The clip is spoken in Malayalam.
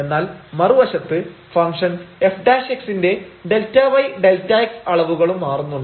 എന്നാൽ മറുവശത്ത് ഫംഗ്്ഷൻ f ന്റെ Δy Δx അളവുകളും മാറുന്നുണ്ട്